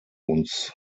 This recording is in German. uns